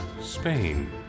Spain